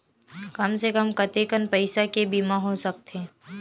कम से कम कतेकन पईसा के बीमा हो सकथे?